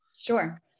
Sure